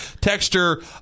Texture